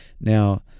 Now